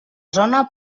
zona